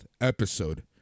episode